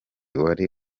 wari